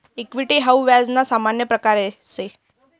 equity हाऊ व्याज ना सामान्य प्रकारसे